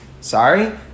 sorry